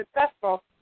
successful